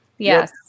Yes